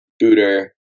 Booter